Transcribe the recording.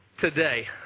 Today